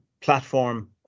platform